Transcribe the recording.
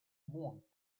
wand